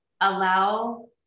allow